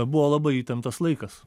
buvo labai įtemptas laikas